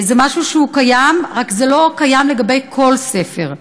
זה משהו שקיים, רק זה לא קיים לגבי כל ספר.